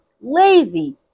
lazy